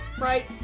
Right